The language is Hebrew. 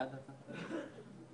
הצבעה בעד אישור החוק 5 נגד,